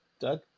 Doug